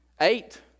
Eight